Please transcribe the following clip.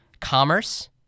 Commerce